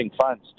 funds